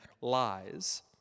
lies